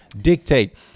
dictate